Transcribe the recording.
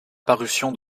parution